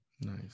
Nice